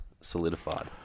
solidified